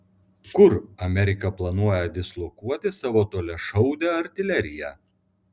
kur amerika planuoja dislokuoti savo toliašaudę artileriją